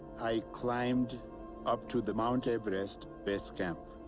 i climbed up to the mount everest base camp